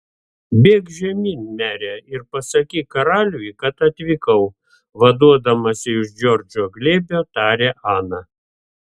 bėk žemyn mere ir pasakyk karaliui kad atvykau vaduodamasi iš džordžo glėbio tarė ana